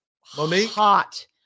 hot